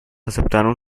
aceptaron